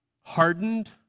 hardened